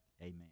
amen